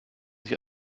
sich